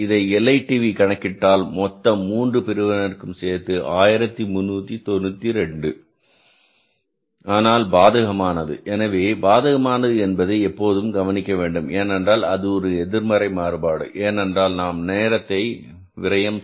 இதை LITV கணக்கிட்டால் மொத்தம் மூன்று பிரிவினருக்கும் சேர்ந்து வருவது 1392 ஆனால் பாதகமானது எனவே பாதகமானது என்பது எப்போதும் கவனிக்கப்பட வேண்டும் ஏனென்றால் அது ஒரு எதிர்மறை மாறுபாடு ஏனென்றால் நாம் நேரத்தை விரயம் செய்து இருக்கிறோம்